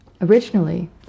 Originally